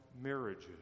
marriages